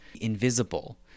invisible